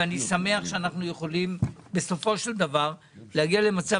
ואני שמח שאנחנו יכולים בסופו של דבר להגיע למצב,